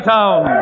Town